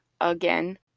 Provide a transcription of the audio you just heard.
again